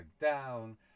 down